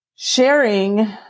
Sharing